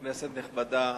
כנסת נכבדה,